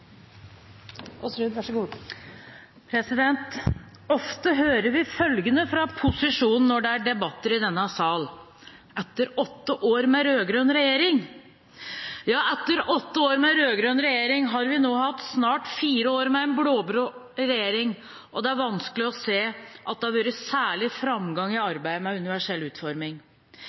debatter i denne salen: «Etter åtte år med rød-grønn regjering …» Ja, etter åtte år med rød-grønn regjering har vi nå hatt snart fire år med en blå-blå regjering, og det er vanskelig å se at det har vært særlig framgang i arbeidet med universell utforming.